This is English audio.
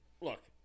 look